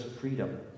freedom